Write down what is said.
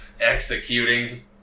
Executing